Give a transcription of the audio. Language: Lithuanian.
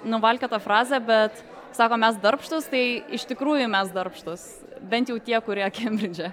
nuvalkiota frazė bet sako mes darbštūs tai iš tikrųjų mes darbštūs bent jau tie kurie kembridže